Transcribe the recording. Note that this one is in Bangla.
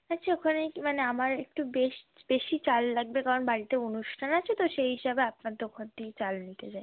আচ্চা ওখানে মানে আমার একটু বেশি চাল লাগবে কারণ বাড়িতে অনুষ্ঠান আছে তো সেই হিসাবে আপনার দোকান থেকে চাল নিতে চাই